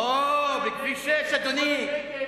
או, בכביש 6, אדוני.